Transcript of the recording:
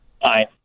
Hi